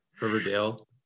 Riverdale